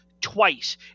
twice